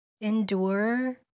endure